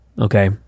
okay